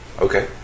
Okay